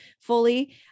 fully